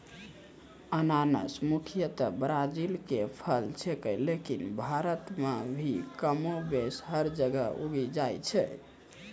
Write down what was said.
अनानस मुख्यतया ब्राजील के फल छेकै लेकिन भारत मॅ भी कमोबेश हर जगह उगी जाय छै